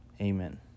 Amen